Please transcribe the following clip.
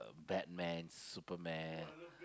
Batman Superman